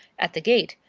at the gate,